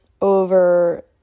over